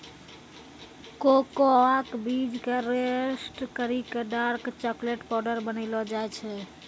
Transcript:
cocoa के बीज कॅ रोस्ट करी क डार्क चाकलेट पाउडर बनैलो जाय छै